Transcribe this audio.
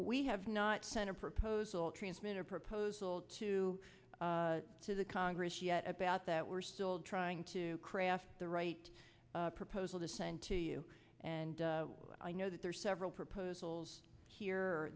we have not sent a proposal transmitter proposal to to the congress yet about that we're still trying to craft the right proposal to send to you and i know that there are several proposals here